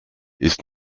ist